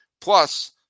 Plus